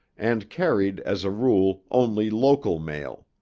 and carried as a rule, only local mail.